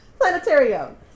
Planetarium